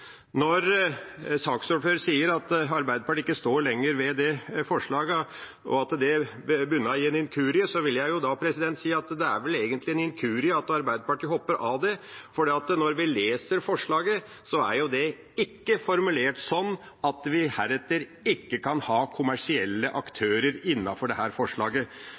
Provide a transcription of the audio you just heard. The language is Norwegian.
Når saksordføreren sier at Arbeiderpartiet ikke lenger står ved det forslaget, at det bunnet i en inkurie, vil jeg si at det er vel egentlig en inkurie at Arbeiderpartiet hopper av, for når vi leser forslaget, er ikke forslaget formulert slik at vi heretter ikke kan ha kommersielle aktører. Jeg vil be representanten for Arbeiderpartiet om å klargjøre det